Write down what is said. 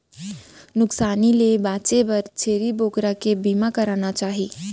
नुकसानी ले बांचे बर छेरी बोकरा के बीमा कराना चाही